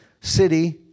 city